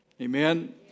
Amen